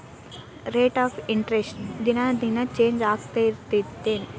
rate of interest ದಿನಾ ದಿನಾ change ಆಗ್ತಿರತ್ತೆನ್